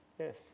Yes